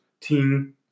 team